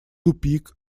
тупик